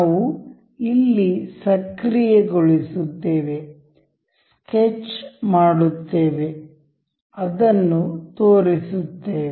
ನಾವು ಇಲ್ಲಿ ಸಕ್ರಿಯಗೊಳಿಸುತ್ತೇವೆ ಸ್ಕೆಚ್ ಮಾಡುತ್ತೇವೆ ಅದನ್ನು ತೋರಿಸುತ್ತೇವೆ